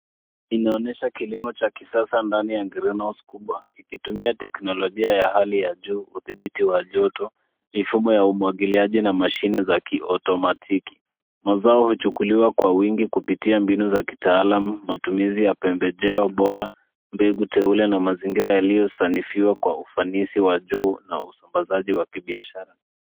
Inaonyesha kilimo cha kisasa ndani ya greenhouse ikitumia teknolojia ya hali ya juu kudhibiti wadudu, mifumo ya umwagiliaji na mashine za automatic .Mazao huchukuliwa kwa wingi kupitia mbinu za kitaalamu na matumizi ya pembejeo bora, mbinu teule na mazingira yaliyosanifiwa kwa ufanisi wa juu na usambazaji wa kibiashara.